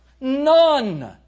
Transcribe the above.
None